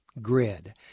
grid